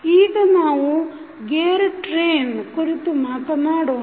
ಈಗ ನಾವು gear train ಕುರಿತು ಮಾತನಾಡೋಣ